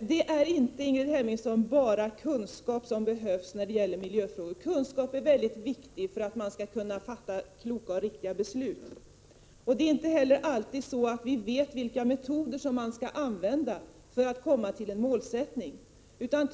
Det är inte, Ingrid Hemmingsson, bara kunskap som behövs när det gäller miljöfrågor, även om kunskap är mycket viktig för att man skall kunna fatta kloka och riktiga beslut. Vi vet inte heller alltid vilka metoder som skall ” användas för att en målsättning skall nås.